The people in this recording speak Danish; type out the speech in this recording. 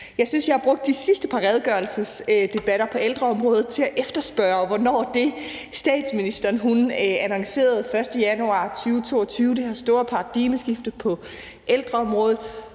Jeg synes, jeg har brugt de sidste par redegørelsesdebatter på ældreområdet til at efterspørge, hvornår der ville ske noget i forhold til det, statsministeren annoncerede den 1. januar 2022, det her store paradigmeskifte på ældreområdet: